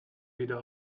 wieder